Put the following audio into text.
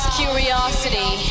curiosity